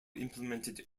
implemented